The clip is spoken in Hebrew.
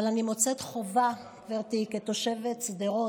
אבל אני מוצאת חובה, גברתי, כתושבת שדרות,